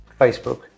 facebook